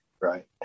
right